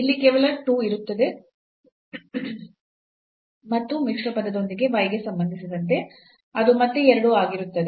ಇಲ್ಲಿ ಕೇವಲ 2 ಇರುತ್ತದೆ ಮತ್ತು ಮಿಶ್ರಣ ಪದದೊಂದಿಗೆ y ಗೆ ಸಂಬಂಧಿಸಿದಂತೆ ಅದು ಮತ್ತೆ ಎರಡು ಆಗಿರುತ್ತದೆ